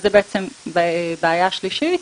אז זו בעצם בעיה שלישית.